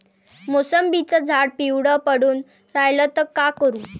मोसंबीचं झाड पिवळं पडून रायलं त का करू?